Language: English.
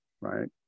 right